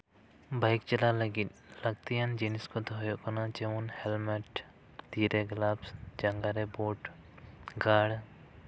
bike ᱪᱟᱞᱟᱣ ᱞᱟᱹᱜᱤᱫ ᱞᱟᱹᱠᱛᱤᱭᱟᱱ ᱡᱤᱱᱤᱥ ᱠᱚᱫᱚ ᱦᱩᱭᱩᱜ ᱠᱟᱱᱟ ᱡᱮᱢᱚᱱ ᱦᱮᱞᱢᱮᱱᱴ ᱛᱤᱨᱮ ᱜᱞᱟᱯᱷᱥ ᱡᱟᱝᱜᱟᱨᱮ ᱵᱩᱴ ᱜᱟᱲ